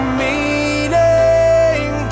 meaning